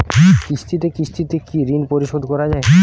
কিস্তিতে কিস্তিতে কি ঋণ পরিশোধ করা য়ায়?